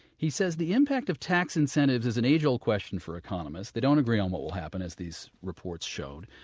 he says the impact of tax incentives is an age old question for economist they don't agree on what will happen, as these reports showed.